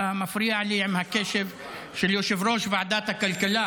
אתה מפריע לי עם הקשב של יושב-ראש ועדת הכלכלה